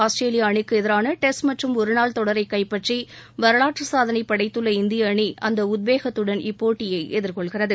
Australia அணிக்கு எதிரான test மற்றும் ஒருநாள் தொடரை கைப்பற்றி வரலாற்றுச் சாதனை படைத்துள்ள இந்திய அணி அந்த உத்வேகத்துடன் இப்போட்டியை எதிர்கொள்கிறது